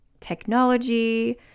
technology